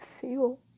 feel